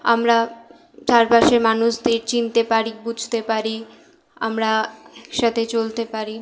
আমরা চারপাশের মানুষদের চিনতে পারি বুঝতে পারি আমরা এক সাথে চলতে পারি